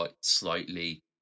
slightly